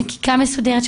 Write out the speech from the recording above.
חקיקה מסודרת,